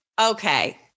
okay